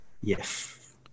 Yes